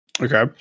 Okay